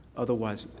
otherwise,